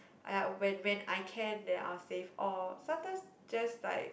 !aiya! when when I can then I'll save all sometimes just like